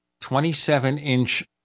27-inch